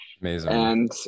Amazing